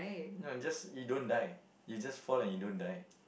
you know just you don't die you just fall and you don't die